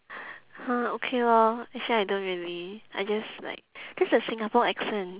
!huh! okay lor actually I don't really I just like this a singapore accent